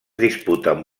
disputen